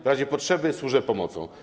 W razie potrzeby służę pomocą.